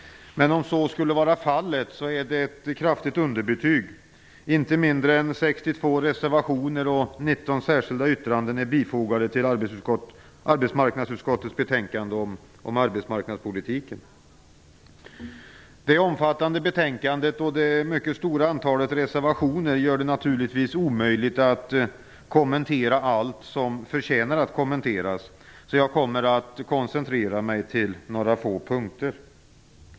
Om så skulle vara fallet är det ett kraftigt underbetyg. Inte mindre än 62 reservationer och 19 särskilda yttranden är fogade till arbetsmarknadsutskottets betänkande om arbetsmarknadspolitiken. Det omfattande betänkandet och det mycket stora antalet reservationer gör det naturligtvis omöjligt att kommentera allt som förtjänar att kommenteras, så jag kommer att koncentrera mig till några få punkter.